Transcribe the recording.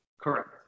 Correct